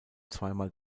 zweimal